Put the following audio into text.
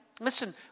listen